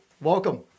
welcome